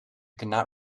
cannot